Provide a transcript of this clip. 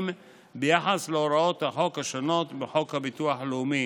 ביחס להוראות החוק השונות שבחוק הביטוח הלאומי.